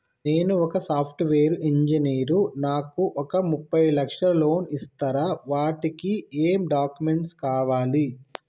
నేను ఒక software engineer నాకు ఒక ముప్పై లక్షల లోన్ ఇస్తరా? వాటికి ఏం డాక్యుమెంట్స్ కావాలి?